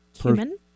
human